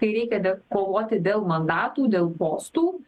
kai reikia dar kovoti dėl mandatų dėl postų